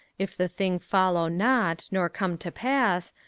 if the thing follow not, nor come to pass,